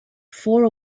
four